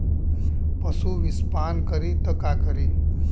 पशु विषपान करी त का करी?